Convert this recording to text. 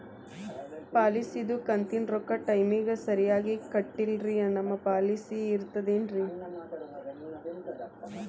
ಪಾಲಿಸಿದು ಕಂತಿನ ರೊಕ್ಕ ಟೈಮಿಗ್ ಸರಿಗೆ ಕಟ್ಟಿಲ್ರಿ ನಮ್ ಪಾಲಿಸಿ ಇರ್ತದ ಏನ್ರಿ?